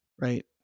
Right